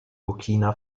burkina